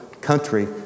country